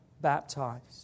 baptized